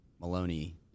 Maloney